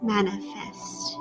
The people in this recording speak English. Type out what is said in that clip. Manifest